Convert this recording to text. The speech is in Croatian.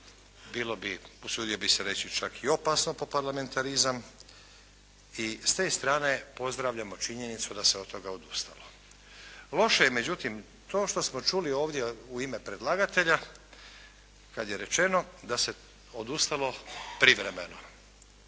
bilo bi usudio bih se reći čak i opasno po parlamentarizam i s te strane pozdravljamo činjenicu da se od toga odustalo. Loše je međutim to što smo čuli ovdje u ime predlagatelja kad je rečeno da se odustalo privremeno,